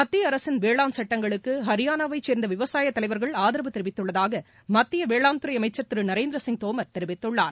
மத்திய அரசின் வேளாண் சுட்டங்களுக்கு ஹியானவைச் சேர்ந்த விவசாய தலைவர்கள் ஆதரவு தெரிவித்துள்ளதாக மத்திய வேளாண்துறை அமைச்சள் திரு நரேந்திர சிங் தோமர் தெரிவித்துள்ளார்